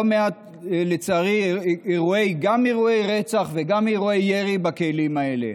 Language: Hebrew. גם בוצעו לא מעט אירועי רצח וגם אירועי ירי בכלים האלה.